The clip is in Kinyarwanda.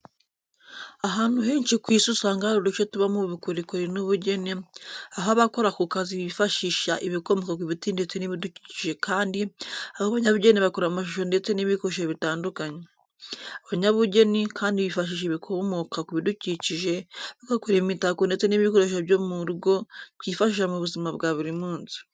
Ahantu henshi ku Isi usanga hari uduce tubamo ubukorikori n'ubugeni, aho abakora ako kazi bifashisha ibikomoka ku biti ndetse n'ibidukikije kandi abo banyabugeni bakora amashusho ndetse n'ibikoresho bitandukanye. Abanyabugeni kandi bifashisha ibikomoka ku bidukikije bagakora imitako ndetse n'ibikoresho byo mu rugo twifashisha mu buzima bwa buri munsi.